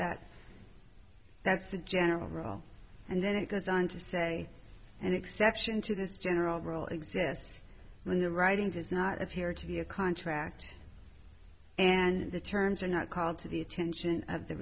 that that's the general rule and then it goes on to say and exception to this general rule exists when the writing does not appear to be a contract and the terms are not called to the attention of the